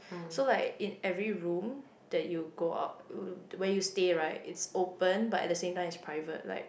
so like in every room that you go out where you stay right it's open but at the same time it's private like